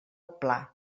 pla